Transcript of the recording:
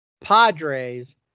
Padres